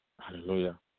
Hallelujah